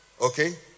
okay